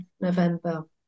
November